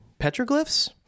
petroglyphs